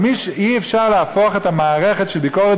אבל אי-אפשר להפוך את המערכת של ביקורת